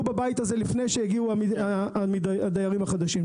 בבית הזה לפני שהגיעו הדיירים החדשים.